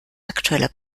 aktueller